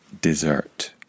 dessert